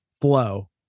flow